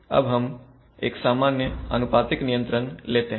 इसके लिए अब हम एक सामान्य अनुपातिक नियंत्रण लेते हैं